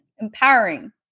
empowering